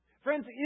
Friends